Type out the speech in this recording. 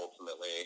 ultimately